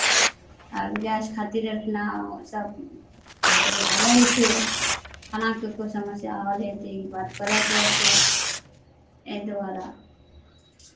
आब गैस खातिर इतना सभ प्रक्रिया बन्द छै केना कऽ कोइ समस्या हल हेतै ई बात करय पड़तै एहि दुआरे